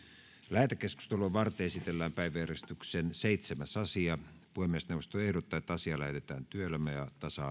lähetekeskustelua varten esitellään päiväjärjestyksen seitsemäs asia puhemiesneuvosto ehdottaa että asia lähetetään työelämä ja tasa